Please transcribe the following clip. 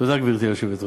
תודה, גברתי היושבת-ראש.